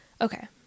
Okay